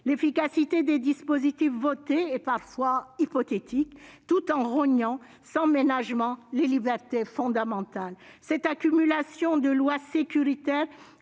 L'efficacité des dispositifs votés est parfois hypothétique, alors qu'ils rognent sans ménagement les libertés fondamentales. Cette accumulation de lois sécuritaires